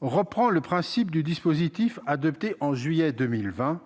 reprend le principe du dispositif adopté en juillet 2020-